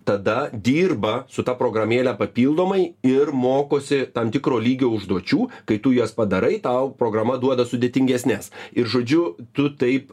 tada dirba su ta programėle papildomai ir mokosi tam tikro lygio užduočių kai tu jas padarai tau programa duoda sudėtingesnes ir žodžiu tu taip